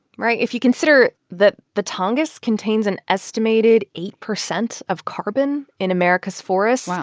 right? if you consider that the tongass contains an estimated eight percent of carbon in america's forests,